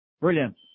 Brilliant